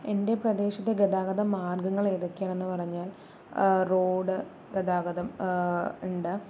എൻ്റെ പ്രദേശത്തെ ഗതാഗത മാര്ഗങ്ങള് ഏതൊക്കെയാണെന്ന് പറഞ്ഞാല് റോഡ് ഗതാഗതം ഇണ്ട്